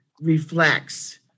reflects